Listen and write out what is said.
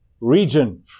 region